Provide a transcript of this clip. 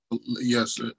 Yes